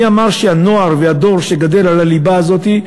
מי אמר שהנוער והדור שגדל על הליבה הזאת,